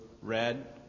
red